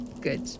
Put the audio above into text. good